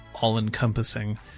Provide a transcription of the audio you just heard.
all-encompassing